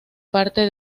parte